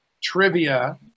trivia